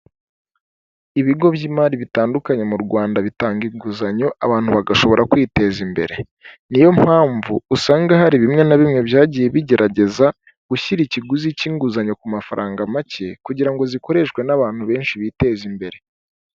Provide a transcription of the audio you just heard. Ibigo by'imari bitandukanye mu Rwanda bitanga inguzanyo abantu bagashobora kwiteza imbere, ni yo mpamvu usanga hari bimwe na bimwe byagiye bigerageza gushyira ikiguzi k'inguzanyo ku mafaranga make, kugira ngo zikoreshwe n'abantu benshi biteza imbere.